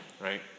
right